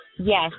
Yes